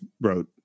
wrote